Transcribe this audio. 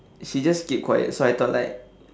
she just keep quiet so I thought like